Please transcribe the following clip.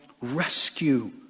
rescue